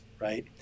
right